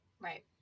Right